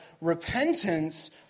repentance